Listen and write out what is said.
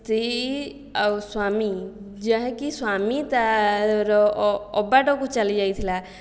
ସ୍ତ୍ରୀ ଆଉ ସ୍ୱାମୀ ଯାହାକି ସ୍ୱାମୀ ତା'ର ଅବାଟକୁ ଚାଲିଯାଇଥିଲା